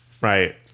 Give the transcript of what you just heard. right